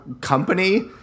company